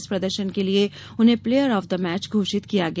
इस प्रदर्शन के लिए उन्हें प्लेयर ऑफ द मैच घोषित किया गया